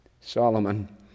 Solomon